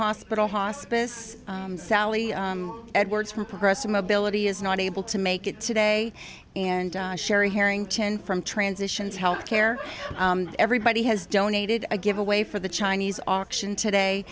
hospital hospice sally edwards for progressive mobility is not able to make it today and sherry harrington from transitions health care everybody has donated a giveaway for the chinese auction today